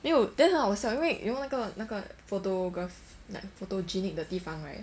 没有 then 很好笑 you know 那个那个 photograph photogenic 的地方 right